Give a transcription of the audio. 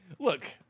Look